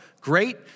great